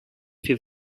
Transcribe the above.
für